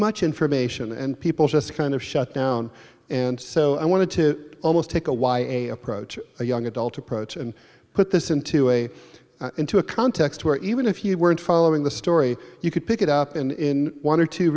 much information and people just kind of shut down and so i wanted to almost take a why a approach a young adult approach and put this into a into a context where even if you weren't following the story you could pick it up in one or two